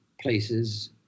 places